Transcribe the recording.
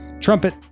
Trumpet